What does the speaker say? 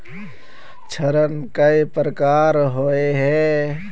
ऋण कई प्रकार होए है?